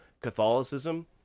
Catholicism